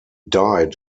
died